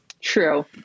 True